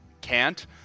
cant